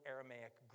Aramaic